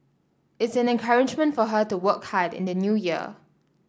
it's an encouragement for her to work hard in the New Year